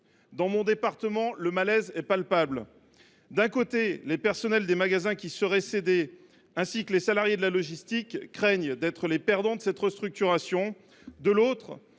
Dans mon département, le malaise est palpable. Les personnels des magasins qui seraient cédés, ainsi que les salariés de la logistique, craignent d’être les perdants de cette restructuration. De plus,